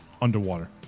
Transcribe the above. Underwater